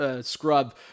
scrub